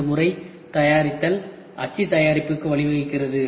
இந்த முறை தயாரித்தல் அச்சு தயாரிப்பிற்கு வழிவகுக்கிறது